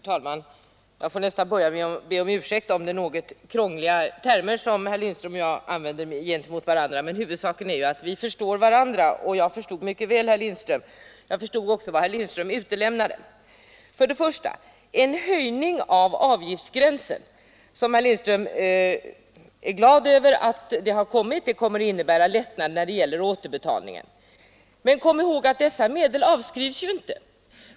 Herr talman! Jag får nästan börja med att be om ursäkt för de något krångliga termer som herr Lindström och jag använder gentemot varandra. Huvudsaken är emellertid att vi förstår varandra, och jag förstod mycket väl herr Lindström. Jag förstod också vad herr Lindström utelämnade. Herr Lindström är glad över den höjning av avgiftsgränsen som föreslås och som kommer att innebära lättnader vid återbetalningen. Men kom ihåg att dessa medel avskrivs inte.